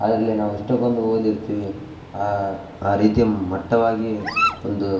ಆದರೆ ಇಲ್ಲಿ ನಾವು ಇಷ್ಟಕೊಂದು ಓದಿರ್ತೀವಿ ಆ ರೀತಿಯ ಮಟ್ಟವಾಗಿ ಒಂದು